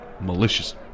malicious